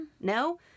No